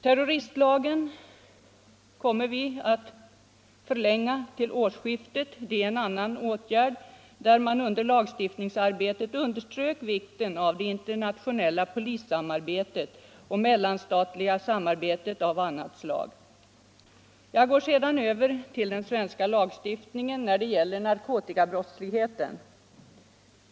Terroristlagen kommer vi att förlänga till årsskiftet. Det är en annan åtgärd i fråga om vilken man under lagstiftningsarbetet underströk vikten av det internationella polisiära samarbetet och mellanstatligt samarbete av annat slag. Jag går så över till den svenska lagstiftningen beträffande narkotikabrottslighet.